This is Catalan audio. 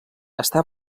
està